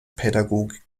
pädagogik